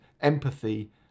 empathy